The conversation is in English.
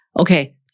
Okay